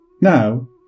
Now